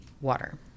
water